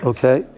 Okay